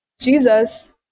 Jesus